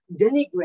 denigrate